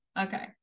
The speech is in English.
Okay